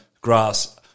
Grass